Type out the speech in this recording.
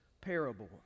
parable